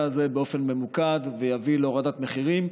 הזה באופן ממוקד ויביא להורדת מחירים.